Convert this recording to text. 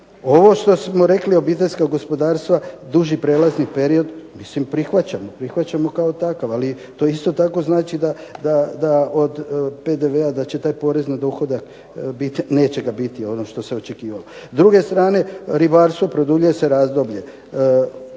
Ovo što smo rekli obiteljska gospodarstva duži prijelazni period, mislim prihvaćamo kao takvo. Ali to isto znači da od PDV-a da neće biti poreza na dohodak ono što se očekivalo.